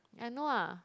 I know ah